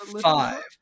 five